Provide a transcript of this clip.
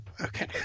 Okay